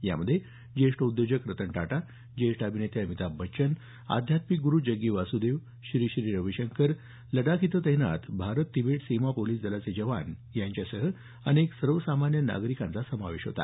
यामध्ये ज्येष्ठ उद्योजक रतन टाटा ज्येष्ठ अभिनेते अमिताभ बच्चन आध्यात्मिक गुरु जग्गी वासुदेव श्री श्री रविशंकर लडाख इथं तैनात भारत तिबेट सीमा पोलिस दलाचे जवान यांच्यासह अनेक सर्वसामान्य नागरिकांचा समावेश होता